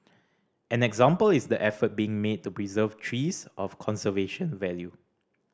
an example is the effort being made to preserve trees of conservation value